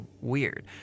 weird